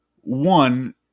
one